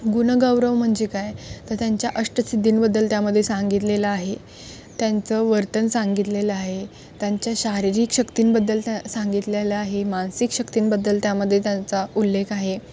गुणगौरव म्हणजे काय तर त्यांच्या अष्टसिद्धींबद्दल त्यामध्ये सांगितलेलं आहे त्यांचं वर्तन सांगितलेलं आहे त्यांच्या शारिरीक शक्तींबद्दल त्यात सांगितलेलं आहे मानसिक शक्तींबद्दल त्यामध्ये त्यांचा उल्लेख आहे